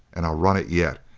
and i'll run it yet,